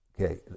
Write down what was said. okay